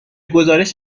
گزارش